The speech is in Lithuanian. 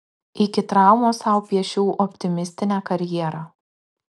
iki traumos sau piešiau optimistinę karjerą